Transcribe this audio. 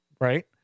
Right